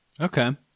Okay